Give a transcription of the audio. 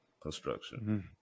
construction